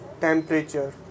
temperature